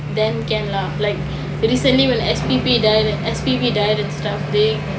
then can lah like recently when S_P_B died when S_P_B died and stuff they